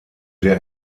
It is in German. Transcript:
der